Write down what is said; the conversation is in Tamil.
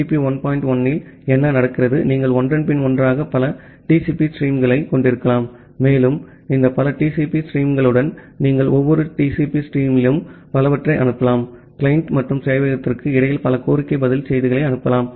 1 இல் என்ன நடக்கிறது நீங்கள் ஒன்றன்பின் ஒன்றாக பல TCP ஸ்ட்ரீம்களைக் கொண்டிருக்கலாம் மேலும் இந்த பல TCP ஸ்ட்ரீம்களுடன் நீங்கள் ஒவ்வொரு TCP ஸ்ட்ரீமிலும் பலவற்றை அனுப்பலாம் கிளையன்ட் மற்றும் சேவையகத்திற்கு இடையில் பல கோரிக்கை பதில் செய்திகளை அனுப்பலாம்